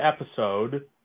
episode